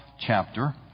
chapter